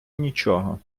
нічого